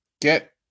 Get